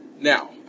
Now